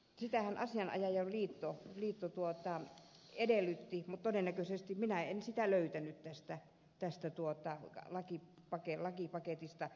sitähän asianajajaliitto edellytti mutta minä en sitä löytänyt tästä lakipaketista